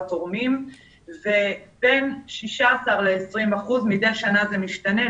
תורמים ובין 16 ל-20 חוזים מדי שנה זה משתנה,